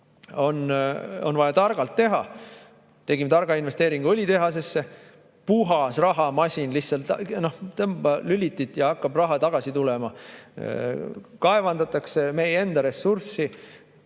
on vaja targalt teha. Tegime targa investeeringu õlitehasesse. Puhas rahamasin, lihtsalt tõmba lülitit ja raha hakkab tagasi tulema. Kaevandatakse meie enda ressurssi,